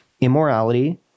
immorality